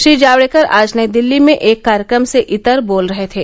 श्री जावड़ेकर आज नई दिल्ली में एक कार्यक्रम से इतर बोल रहे थे